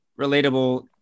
relatable